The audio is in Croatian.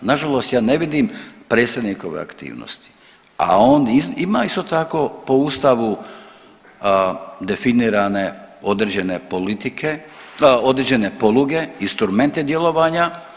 Na žalost ja ne vidim predsjednikove aktivnosti, a on ima isto tako po Ustavu definirane određene politike, određene poluge, instrumente djelovanja.